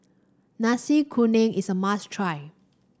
Nasi Kuning is a must try